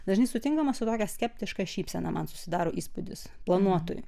dažnai sutinkama su tokia skeptiška šypsena man susidaro įspūdis planuotojų